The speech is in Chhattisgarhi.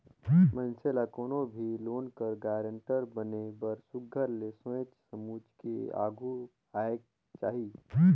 मइनसे ल कोनो भी लोन कर गारंटर बने बर सुग्घर ले सोंएच समुझ के आघु आएक चाही